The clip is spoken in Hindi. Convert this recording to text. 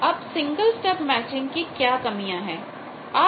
अब सिंगल स्टब मैचिंग की क्या कमियां है